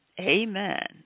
Amen